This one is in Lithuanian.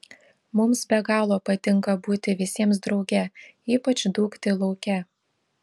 mums be galo patinka būti visiems drauge ypač dūkti lauke